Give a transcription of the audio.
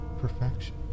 perfection